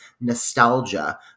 nostalgia